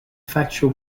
factual